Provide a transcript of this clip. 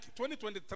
2023